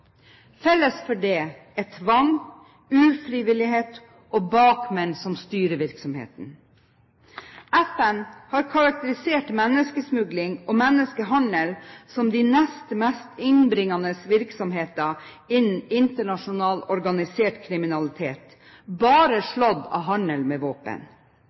Felles for dette er tvang, ufrivillighet og bakmenn som styrer virksomheten. FN har karakterisert menneskesmugling og menneskehandel som de nest mest innbringende virksomhetene innen internasjonal organisert kriminalitet, bare slått av handel med våpen.